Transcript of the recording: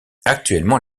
actuellement